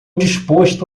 disposto